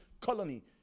colony